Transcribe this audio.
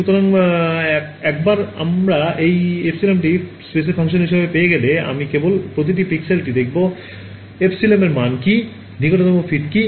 সুতরাং একবার আমার এই এপসিলনটি স্পেসের ফাংশন হিসাবে পেয়ে গেলে আমি কেবল প্রতিটি পিক্সেলটি দেখি এপসিলন এর মাণ কী নিকটতম ফিট কী